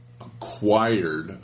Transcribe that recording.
acquired